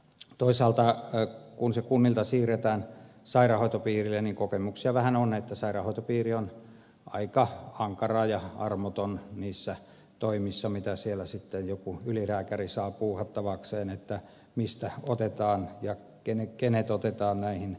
toisaalta kun se kunnilta siirretään sairaanhoitopiirille kokemuksia vähän on että sairaanhoitopiiri on aika ankara ja armoton niissä toimissa mitä siellä sitten joku ylilääkäri saa puuhattavakseen mistä otetaan ja kenet otetaan näihin sairaankuljetustehtäviin